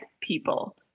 people